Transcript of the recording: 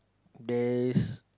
there is